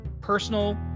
personal